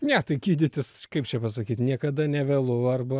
ne tai gydytis kaip čia pasakyt niekada nevėlu arba